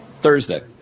Thursday